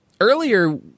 earlier